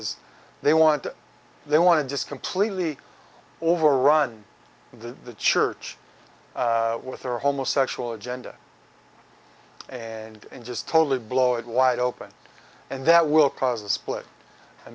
is they want they want to just completely overrun the church with their homosexual agenda and just totally blow it wide open and that will cause a split i